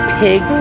pig